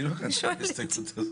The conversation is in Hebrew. אני לא כתבתי את ההסתייגות הזאת.